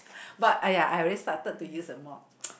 but !aiya! I already started to use the mop